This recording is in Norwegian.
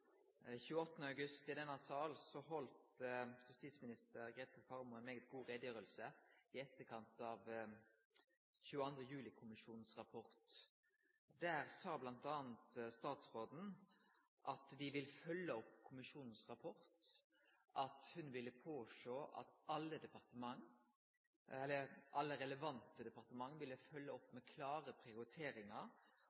28. august i denne salen heldt justisminister Grete Faremo ei veldig god utgreiing i etterkant av 22. juli-kommisjonens rapport. Der sa bl.a. statsråden at dei vil følgje opp kommisjonens rapport, og at ho ville sjå til at alle relevante departement ville følgje opp